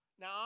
Now